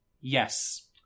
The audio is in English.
Yes